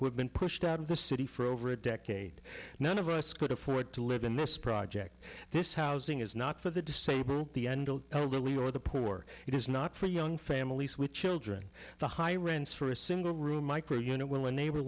who have been pushed out of the city for over a decade none of us could afford to live in this project this housing is not for the disabled the elderly or the poor it is not for young families with children the high rents for a single room micro you know when one neighbor